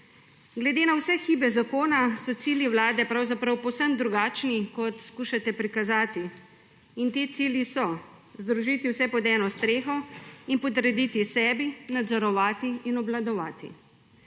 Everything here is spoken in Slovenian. Glede na vse hibe zakona, so cilji Vlade pravzaprav povsem drugačni, kot skušate prikazati in ti cilji so, združiti vse pod eno streho in podrediti sebi, nadzorovati in obvladovati